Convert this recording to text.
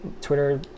Twitter